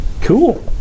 Cool